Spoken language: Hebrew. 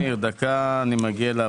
גם כאן,